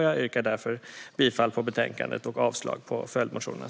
Jag yrkar därför bifall till utskottets förslag i betänkandet och avslag på yrkandena i följdmotionerna.